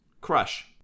Crush